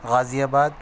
غازی آباد